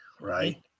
right